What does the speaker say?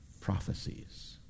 prophecies